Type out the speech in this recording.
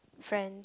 friend